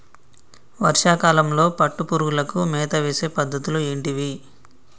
వర్షా కాలంలో పట్టు పురుగులకు మేత వేసే పద్ధతులు ఏంటివి?